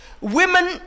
women